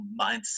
mindset